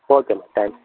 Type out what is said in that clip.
okay ಅಮ್ಮ thanks